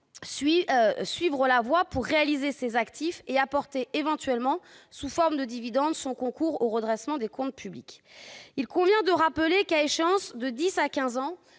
suivre pour réaliser ses actifs et apporter éventuellement, sous la forme de dividendes, son concours au redressement des comptes publics. Il convient de rappeler que, à échéance de dix à quinze